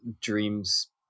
dreams